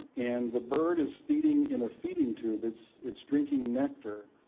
and the bird is feeding in a feeding tube, it's it's drinking nectar,